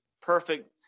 perfect